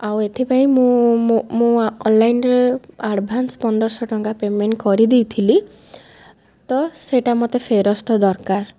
ଆଉ ଏଥିପାଇଁ ମୁଁ ଅନ୍ଲାଇନ୍ରେ ଆଡ଼ଭାନ୍ସ୍ ପନ୍ଦରଶହ ଟଙ୍କା ପେମେଣ୍ଟ୍ କରିଦେଇଥିଲି ତ ସେଇଟା ମତେ ଫେରସ୍ତ ଦରକାର